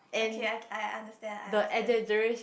okay I I understand I understand